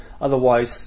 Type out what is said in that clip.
Otherwise